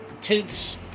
Toots